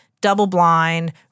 double-blind